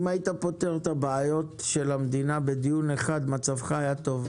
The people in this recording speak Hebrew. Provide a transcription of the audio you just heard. אם היית פותר את הבעיות של המדינה בדיון אחד מצבך היה טוב.